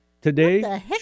Today